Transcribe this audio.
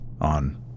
on